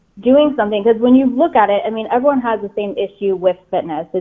doing something, cause when you look at it, i mean everyone has the same issue with fitness. but